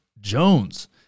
Jones